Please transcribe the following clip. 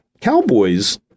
Cowboys